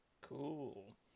Cool